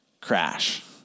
crash